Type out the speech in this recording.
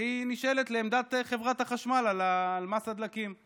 והיא נשאלת על עמדת חברת החשמל על מס הדלקים,